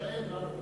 להישען על התשתיות.